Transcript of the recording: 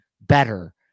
better